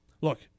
Look